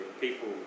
people